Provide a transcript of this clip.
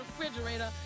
refrigerator